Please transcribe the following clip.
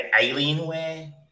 Alienware